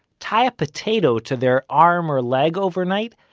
tie a potato to their arm or leg overnight.